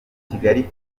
ifite